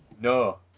no